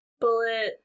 bullet